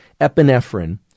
epinephrine